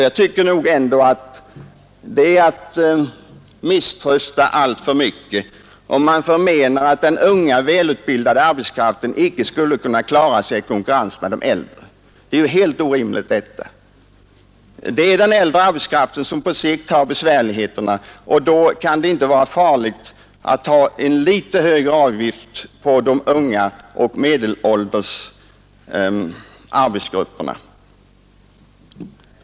Jag tycker ändå att det är att misströsta alltför mycket, om man menar att den unga välutbildade arbetskraften icke skulle kunna klara sig i konkurrens med den äldre arbetskraften. Detta är ju helt orimligt. Det är den äldre arbetskraften som på sikt har besvärligheter, och då kan det inte vara farligt att tillämpa en litet högre avgift för de unga och medelålders grupperna.